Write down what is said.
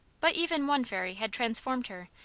but even one fairy had transformed her,